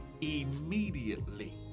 immediately